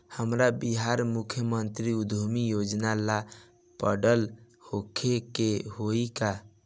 हमरा बिहार मुख्यमंत्री उद्यमी योजना ला पढ़ल होखे के होई का?